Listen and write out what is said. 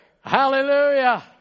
Hallelujah